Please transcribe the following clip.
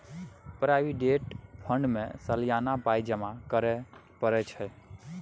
provident fund मे सलियाना पाइ जमा करय परय छै